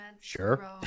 Sure